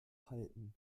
halten